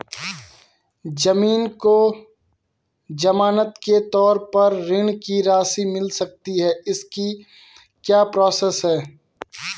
ज़मीन को ज़मानत के तौर पर ऋण की राशि मिल सकती है इसकी क्या प्रोसेस है?